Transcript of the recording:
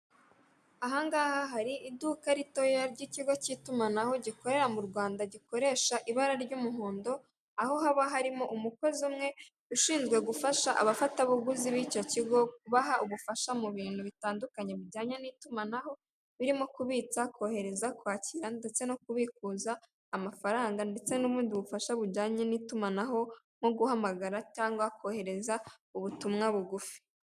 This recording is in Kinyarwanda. Ahangaha hari iduka ritoya ry'ikigo cy'itumanaho gikorera mu rwanda gikoresha ibara ry'umuhondo aho haba harimo umukozi umwe ushinzwe gufasha abafatabuguzi b'icyo kigo kubaha ubufasha mu bintu bitandukanye bijyanye n'itumanaho birimo kubitsa, kohereza, kwakira ndetse no kubikuza amafaranga ndetse n'ubundi bufasha bujyanye n'itumanaho nko guhamagara cyangwa kohereza ubutumwa bugufi.